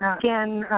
again,